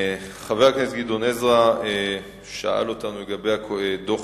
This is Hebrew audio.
חבר הכנסת גדעון עזרא שאל את השר להגנת הסביבה ביום י"ז